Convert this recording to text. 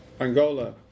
Angola